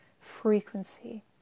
frequency